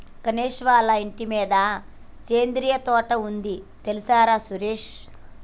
గణేష్ వాళ్ళ ఇంటి మిద్దె మీద సేంద్రియ తోట ఉంది తెల్సార సురేష్